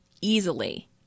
easily